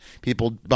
People